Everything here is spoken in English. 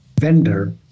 vendor